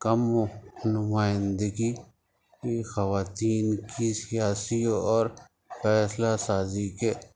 کم نمائندگی کی خواتین کی سیاسی اور فیصلہ سازی کے